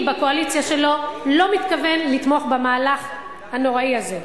בקואליציה שלו לא מתכוון לתמוך במהלך הנורא הזה: